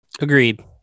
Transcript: Agreed